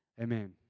amen